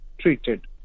treated